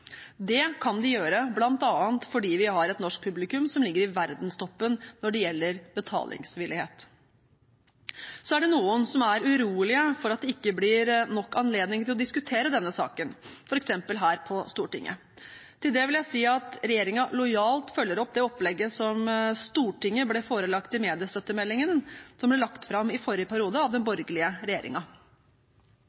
Det kan de gjøre bl.a. fordi vi har et norsk publikum som ligger i verdenstoppen når det gjelder betalingsvillighet. Så er det noen som er urolige for at det ikke blir nok anledning til å diskutere denne saken, f.eks. her på Stortinget. Til det vil jeg si at regjeringen lojalt følger opp det opplegget som Stortinget ble forelagt i mediestøttemeldingen, som ble lagt fram i forrige periode av den